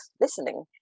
listening